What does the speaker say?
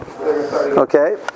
okay